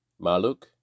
Maluk